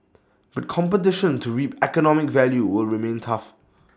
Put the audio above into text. but competition to reap economic value will remain tough